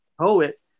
poet